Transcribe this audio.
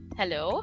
hello